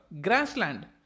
grassland